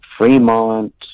Fremont